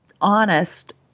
honest